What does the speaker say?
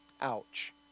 ouch